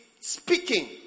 speaking